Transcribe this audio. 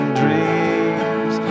dreams